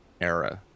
era